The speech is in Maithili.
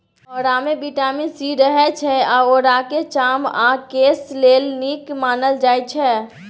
औरामे बिटामिन सी रहय छै आ औराकेँ चाम आ केस लेल नीक मानल जाइ छै